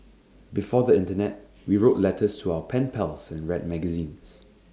before the Internet we wrote letters to our pen pals and read magazines